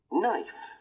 knife